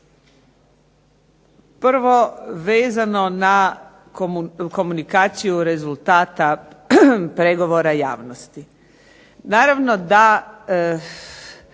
Prvo vezano na komunikaciju rezultata pregovora javnosti. Naravno da